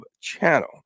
channel